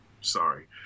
sorry